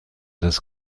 das